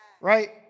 right